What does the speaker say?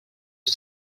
his